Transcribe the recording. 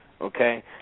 Okay